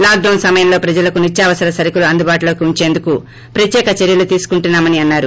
lock don సమయంలో ప్రజలకు నిత్యావసర సరకులు అందుబాటులోకి ఉంచేందుకు ప్రత్యేక చర్యలు తీసుకుంటున్నామని అన్నారు